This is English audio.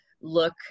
look